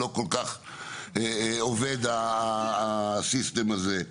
לא כל כך עובד הסיסטם הזה.